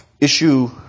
issue